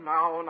Now